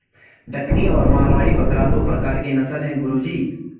डकनी और मारवाड़ी बकरा दो प्रकार के नस्ल है गुरु जी